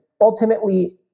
ultimately